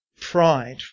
pride